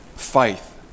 faith